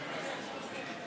הרי התוצאות: